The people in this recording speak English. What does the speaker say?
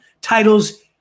titles